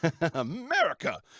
America